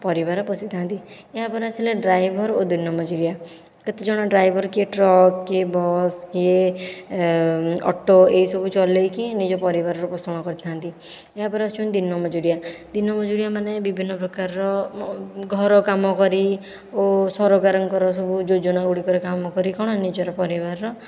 ପରିବାର ପୋଷି ଥାଆନ୍ତି ଏହାପରେ ଆସିଲେ ଡ୍ରାଇଭର ଓ ଦିନମଜୁରିଆ କେତେଜଣ ଡ୍ରାଇଭର କିଏ ଟ୍ରକ୍ କିଏ ବସ୍ କିଏ ଅଟୋ ଏଇସବୁ ଚଲାଇକି ନିଜ ପରିବାରର ପୋଷଣ କରିଥାଆନ୍ତି ଏହାପରେ ଆସୁଛନ୍ତି ଦିନମଜୁରିଆ ଦିନମଜୁରିଆ ମାନେ ବିଭିନ୍ନପ୍ରକାର ଘରକାମ କରି ଓ ସରକାରଙ୍କର ସବୁ ଯୋଜନା ଗୁଡ଼ିକରେ କାମକରି କ'ଣ ନିଜର ପରିବାରର